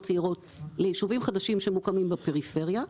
צעירות ליישובים חדשים שמוקמים בפריפריה.